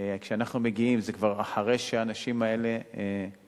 כשאנחנו מגיעים זה כבר אחרי שהאנשים סובלים,